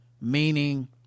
meaning